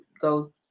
go